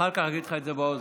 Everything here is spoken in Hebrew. אחר כך אגיד לך את זה באוזן.